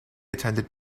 attended